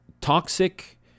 toxic